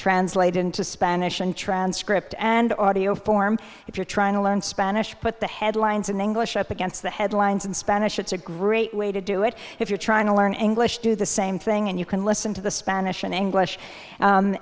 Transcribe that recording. translated into spanish and transcript and audio form if you're trying to learn spanish but the headlines in english up against the headlines in spanish it's a great way to do it if you're trying to learn english do the same thing and you can listen to the spanish and english